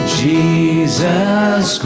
jesus